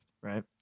right